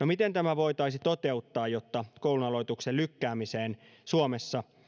miten tämä voitaisiin toteuttaa jotta koulunaloituksen lykkäämiseen suomessa